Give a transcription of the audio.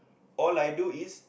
all I do is